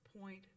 point